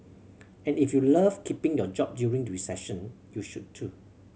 and if you love keeping your job during recession you should too